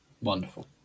Wonderful